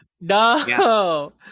No